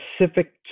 specific